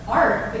art